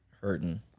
hurting